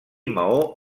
maó